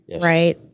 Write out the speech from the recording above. right